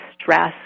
Stress